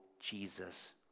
Jesus